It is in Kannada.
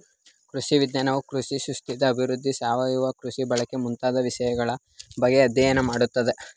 ಕೃಷಿ ವಿಜ್ಞಾನವು ಕೃಷಿಯ ಸುಸ್ಥಿರ ಅಭಿವೃದ್ಧಿ, ಸಾವಯವ ಕೃಷಿ ಬಳಕೆ ಮುಂತಾದ ವಿಷಯಗಳ ಬಗ್ಗೆ ಅಧ್ಯಯನ ಮಾಡತ್ತದೆ